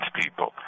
people